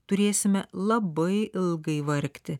turėsime labai ilgai vargti